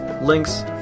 links